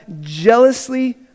jealously